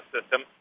system